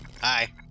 hi